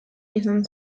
izan